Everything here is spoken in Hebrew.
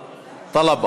טָלָב.